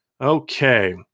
Okay